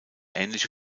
ähnliche